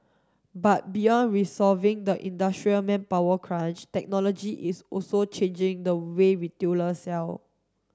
but beyond resolving the industry's manpower crunch technology is also changing the way retailers sell